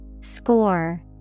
Score